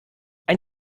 ein